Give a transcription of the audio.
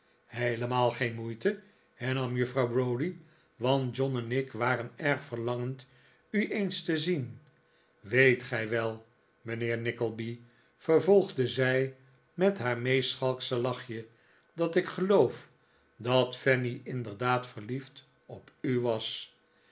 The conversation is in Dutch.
heelemaal geen moeite hernam juffrouw browdie want john en ik waren erg verlangend u eens te zien weet gij wel mijnheer nickleby vervolgde zij met haar meest schalksche lachje dat ik geloof dat fanny inderdaad verliefd op u was